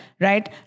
right